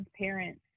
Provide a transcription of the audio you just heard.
parents